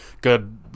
good